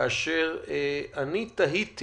אני תהיתי